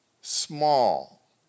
small